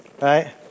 right